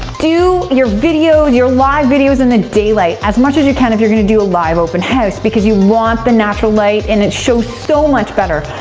do your videos, your live videos in the daylight as much as you can if you're gonna do a live open house, because you want the natural light and it shows so much better,